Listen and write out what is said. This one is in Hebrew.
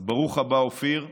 אז ברוך הבא, אופיר.